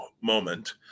moment